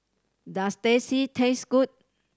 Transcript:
does Teh C taste good